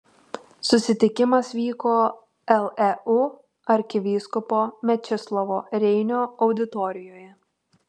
susitikimas vyko leu arkivyskupo mečislovo reinio auditorijoje